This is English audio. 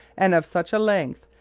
and of such a length,